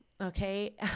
Okay